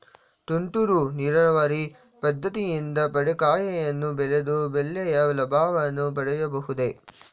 ತುಂತುರು ನೀರಾವರಿ ಪದ್ದತಿಯಿಂದ ಬೆಂಡೆಕಾಯಿಯನ್ನು ಬೆಳೆದು ಒಳ್ಳೆಯ ಲಾಭವನ್ನು ಪಡೆಯಬಹುದೇ?